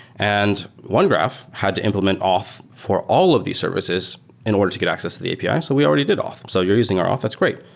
and onegraph had to implement auth for all of these services in order to get access to the api. ah so we already did auth. and so you're using our auth. that's great.